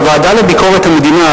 בוועדה לביקורת המדינה,